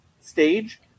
stage